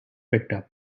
picked